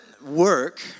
work